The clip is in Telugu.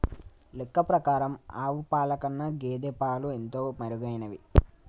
లెక్క ప్రకారం ఆవు పాల కన్నా గేదె పాలు ఎంతో మెరుగైనవి